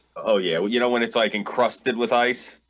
oh yeah, well you know when it's like encrusted with ice